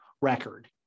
record